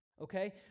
Okay